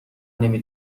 نمی